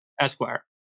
Esquire